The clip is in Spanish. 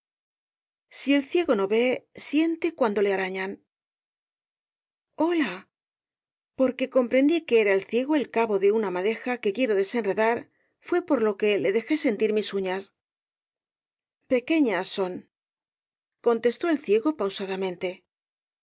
si el ciego no ve siente cuando le arañan hola porque comprendí que era el ciego el cabo de una madeja que quiero desenredar fué por lo que le dejé sentir mis uñas pequeñas soncontestó el ciego pausadamente